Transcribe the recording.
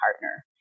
partner